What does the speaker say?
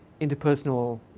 interpersonal